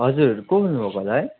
हजुर को बोल्नु भएको होला है